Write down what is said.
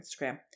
Instagram